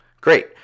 Great